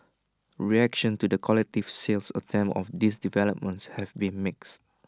reactions to the collective sales attempt of these developments have been mixed